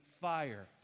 fire